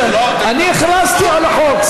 אני הכרזתי על החוק.